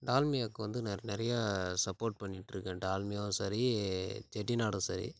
டால்மியாக்கு வந்து நான் நிறையா சப்போர்ட் பண்ணிட்டுருக்கேன் டால்மியாவும் சரி செட்டிநாடும் சரி